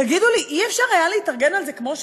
תגידו לי, לא היה אפשר להתארגן על זה כמו שצריך?